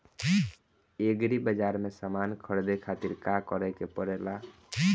Agri बाज़ार से समान ख़रीदे खातिर का करे के पड़ेला?